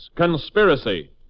Conspiracy